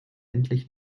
endlich